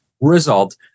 result